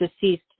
deceased